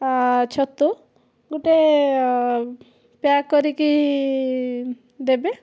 ଛତୁ ଗୋଟେ ପ୍ୟାକ୍ କରିକି ଦେବେ